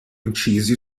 incisi